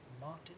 Martin